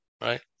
right